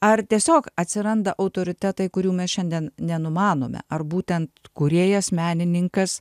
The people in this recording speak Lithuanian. ar tiesiog atsiranda autoritetai kurių mes šiandien nenumanome ar būtent kūrėjas menininkas